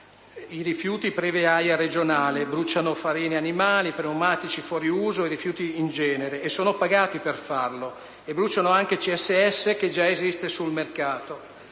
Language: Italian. rifiuti, previa AIA regionale: bruciano farine animali, pneumatici fuori uso e rifiuti in genere e sono pagati per farlo, e bruciano anche CSS che già esiste sul mercato.